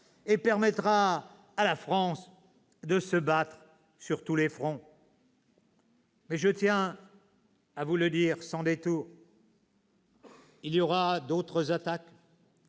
et permettra à la France de se battre sur tous les fronts. « Mais je tiens à vous le dire sans détour : il y aura d'autres attaques,